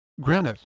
granite